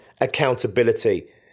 accountability